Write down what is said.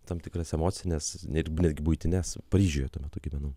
tam tikras emocines ir netgi buitines paryžiuje tuo metu gyvenau